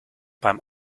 beim